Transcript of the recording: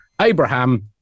Abraham